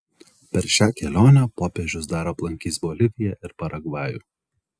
per šią kelionę popiežius dar aplankys boliviją ir paragvajų